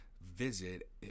visit